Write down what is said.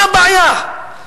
מה הבעיה?